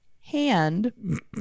Hand